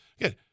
Again